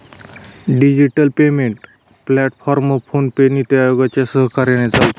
digital payment platform PhonePe, NITI आयोगाच्या सहकार्याने चालतात